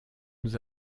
nous